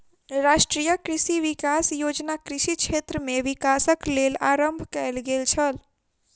राष्ट्रीय कृषि विकास योजना कृषि क्षेत्र में विकासक लेल आरम्भ कयल गेल छल